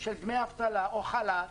של דמי אבטלה או חל"ת,